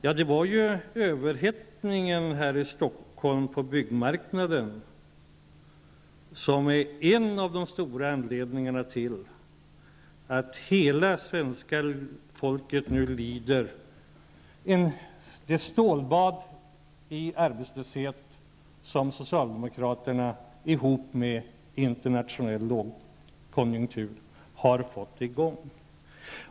Överhettningen på byggmarknaden här i Stockholm är en av de stora anledningarna till att hela svenska folket nu lider av det stålbad i arbetslöshet som socialdemokraterna och den internationella lågkonjunkturen fått i gång.